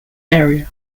area